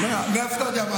מאיפה אתה יודע?